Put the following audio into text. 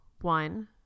One